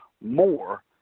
more